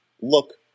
look